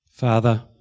Father